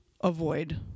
avoid